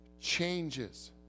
changes